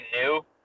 new